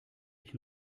ich